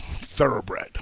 thoroughbred